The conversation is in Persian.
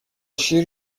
شیر